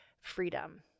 freedom